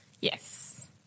Yes